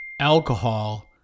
alcohol